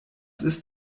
ist